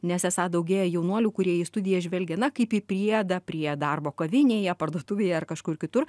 nes esą daugėja jaunuolių kurie į studijas žvelgia na kaip į priedą prie darbo kavinėje parduotuvėje ar kažkur kitur